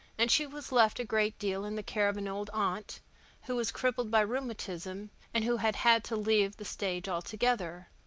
and she was left a great deal in the care of an old aunt who was crippled by rheumatism and who had had to leave the stage altogether.